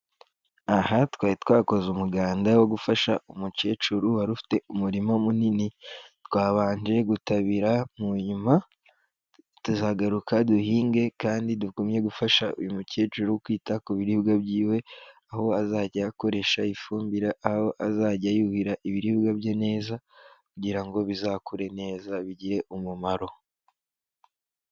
Aha twari twakoze umuganda wo gufasha umukecuru wari ufite umurima munini, twabanje gutabira mu nyuma tuzagaruka duhinge kandi tugumye gufasha uyu mukecuru kwita ku biribwa by'iwe, aho azajya akoresha ifumbire, aho azajya yuhira ibiribwa bye neza kugira ngo bizakure neza bigire umumaro.